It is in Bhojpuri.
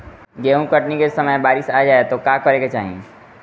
गेहुँ कटनी के समय बारीस आ जाए तो का करे के चाही?